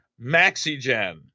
MaxiGen